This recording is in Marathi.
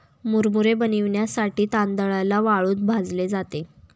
मुरमुरे बनविण्यासाठी तांदळाला वाळूत भाजले जाते